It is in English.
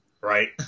Right